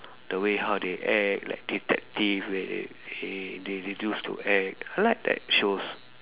the way how they act like detective where they they they used to act I like that shows